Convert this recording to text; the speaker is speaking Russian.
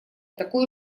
такой